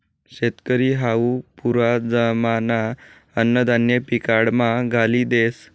शेतकरी हावू पुरा जमाना अन्नधान्य पिकाडामा घाली देस